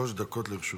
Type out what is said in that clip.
שלוש דקות לרשותך.